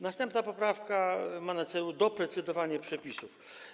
Następna poprawka ma na celu doprecyzowanie przepisów.